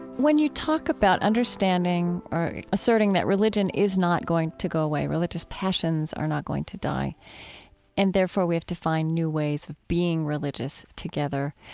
when you talk about understanding or asserting that religion is not going to go away, religious passions are not going to die and therefore we have to find new ways of being religious together,